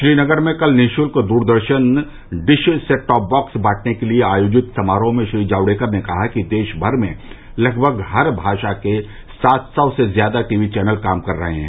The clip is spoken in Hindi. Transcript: श्रीनगर में कल निशुल्क दूरदर्शन डिश सेटटॉप बॉक्स बांटने के लिए आयोजित समारोह में श्री जावड़ेकर ने कहा कि देशभर में लगभग हर भाषा के सात सौ से ज्यादा टीवी चैनल काम कर रहे हैं